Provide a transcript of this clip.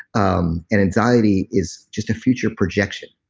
um and anxiety is just a future projection.